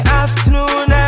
afternoon